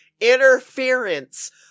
interference